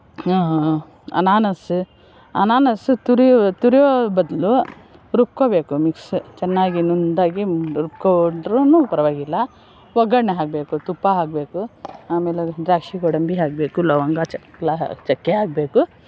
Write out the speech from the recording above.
ಅನಾನಸ್ಸು ಅನಾನಸ್ಸು ತುರಿ ತುರಿಯೋ ಬದಲು ರುಬ್ಕೋಬೇಕು ಮಿಕ್ಸ್ ಚೆನ್ನಾಗಿ ನುಣ್ಣಗೆ ರುಬ್ಕೊಂಡ್ರೂ ಪರವಾಗಿಲ್ಲ ಒಗ್ಗರಣೆ ಹಾಕಬೇಕು ತುಪ್ಪ ಹಾಕಬೇಕು ಆಮೇಲೆ ಅದು ದ್ರಾಕ್ಷಿ ಗೋಡಂಬಿ ಹಾಕಬೇಕು ಲವಂಗ ಚಕ್ಕೆ ಎಲ್ಲ ಚಕ್ಕೆ ಹಾಕಬೇಕು